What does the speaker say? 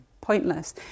pointless